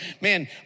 Man